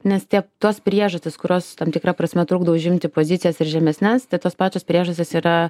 nes tie tos priežastys kurios tam tikra prasme trukdo užimti pozicijas ir žemesnes tai tos pačios priežastys yra